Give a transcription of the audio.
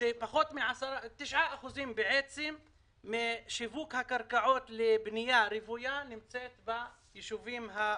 8.9% משיווק הקרקעות לבנייה רוויה נמצאת בישובים הערביים.